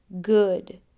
good